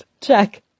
check